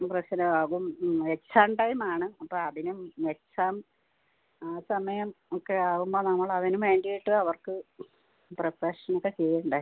പ്രശ്നം ആകും exam time ആണ് അപ്പോൾ അതിനും എക്സാം ആ സമയം ഒക്കെ ആവുമ്പോൾ നമ്മളതിന് വേണ്ടിയിട്ട് അവർക്ക് പ്രിപ്പറേഷനൊക്കെ ചെയ്യേണ്ടേ